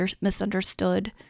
misunderstood